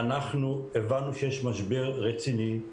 אנחנו הבנו שיש משבר רציני,